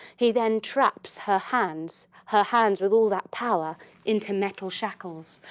he then traps her hands her hands with all that power into metal shackles.